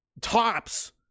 tops